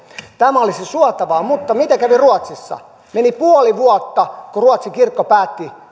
tämä olisi suotavaa mutta miten kävi ruotsissa meni puoli vuotta kun ruotsin kirkko päätti